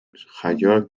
jaioak